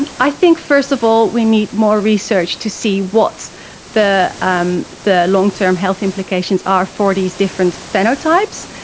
and i think first of all we need more research to see what the um the long-term health implications are for these different phenotypes.